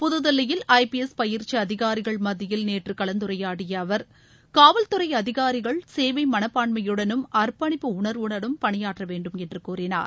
புதுதில்லியில் I P S பயிற்சி அதிகாரிகள் மத்தியில் நேற்று கலந்துரையாடிய அவர் காவல்துறை அதிகாரிகள் சேவை மனப்பாண்மயுடனும் அர்பணிப்பு உணர்வுடனும் பணியாற்ற வேண்டும் என்று கூறினார்